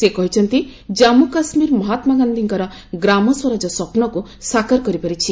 ସେ କହିଛନ୍ତି ଜାମ୍ମୁ କାଶ୍ମୀର ମହାତ୍ମା ଗାନ୍ଧିଙ୍କର ଗ୍ରାମ ସ୍ୱରାଜ ସ୍ୱପ୍ନକୁ ସାକାର କରିପାରିଛି